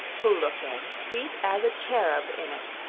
who looked as sweet as a cherub in it.